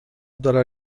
dalla